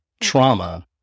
trauma